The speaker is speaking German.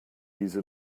diese